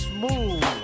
Smooth